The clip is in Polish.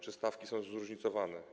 Czy stawki są zróżnicowane?